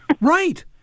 Right